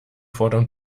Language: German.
fordern